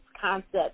concept